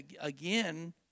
again